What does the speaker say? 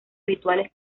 rituales